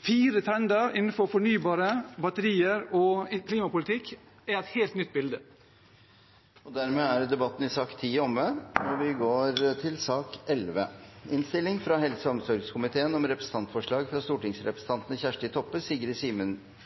fire trender innenfor fornybare batterier og klimapolitikk er et helt nytt bilde. Flere har ikke bedt om ordet til sak nr. 10. Etter ønske fra helse- og omsorgskomiteen vil presidenten foreslå at taletiden blir begrenset til 5 minutter til hver partigruppe og